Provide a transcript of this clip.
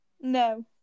No